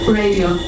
radio